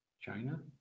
China